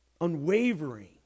unwavering